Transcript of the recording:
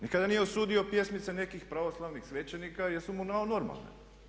Nikada nije osudio pjesmice nekih pravoslavnih svećenika jer su mu kao normalne.